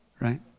Right